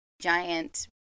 giant